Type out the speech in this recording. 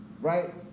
Right